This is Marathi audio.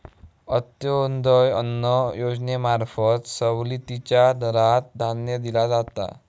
अंत्योदय अन्न योजनेंमार्फत सवलतीच्या दरात धान्य दिला जाता